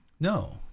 No